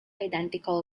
identical